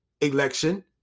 election